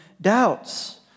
doubts